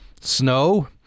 snow